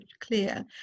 clear